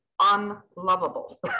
unlovable